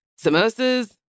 samosas